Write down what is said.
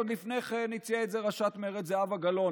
עוד לפני כן הציעה את זה ראשת מרצ זהבה גלאון.